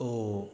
ओ